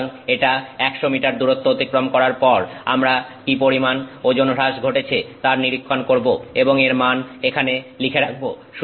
সুতরাং এটা 100 মিটার দূরত্ব অতিক্রম করার পর আমরা কি পরিমান ওজনের হ্রাস ঘটেছে তার নিরীক্ষণ করব এবং এর মান এখানে লিখে রাখবো